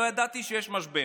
לא ידעתי שיש משבר".